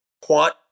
Quant